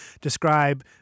describe